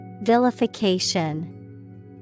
Vilification